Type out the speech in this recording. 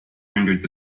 hundreds